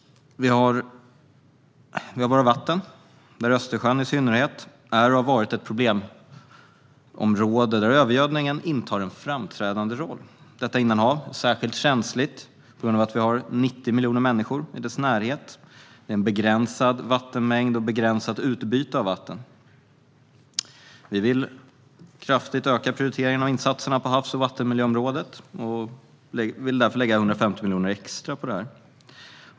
Vi har våra vatten. I synnerhet Östersjön är och har varit ett problemområde, där övergödningen intar en framträdande roll. Detta innanhav är särskilt känsligt på grund av att det finns 90 miljoner människor i dess närhet. Det är en begränsad vattenmängd och ett begränsat utbyte av vatten. Vi vill kraftigt öka prioriteringen av insatserna på havs och vattenmiljöområdet och vill därför lägga 150 miljoner extra på det.